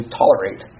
tolerate